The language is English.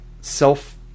self